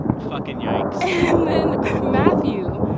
fucking yikes. and then matthew,